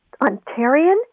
Ontarian